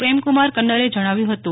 પ્રેમકુમાર કન્નરે જણાવ્યું હતું